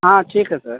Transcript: हाँ ठीक है सर